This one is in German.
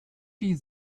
die